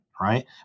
right